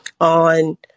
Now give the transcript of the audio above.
on